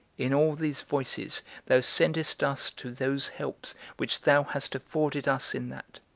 in all these voices thou sendest us to those helps which thou hast afforded us in that.